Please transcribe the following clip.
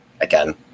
again